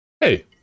Hey